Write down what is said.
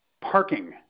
parking